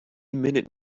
minute